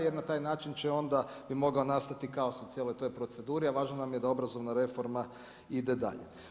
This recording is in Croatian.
Jer na taj način će onda, bi mogao nastati kaos u cijeloj toj proceduri, a važno nam je da obrazovna reforma ide dalje.